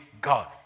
God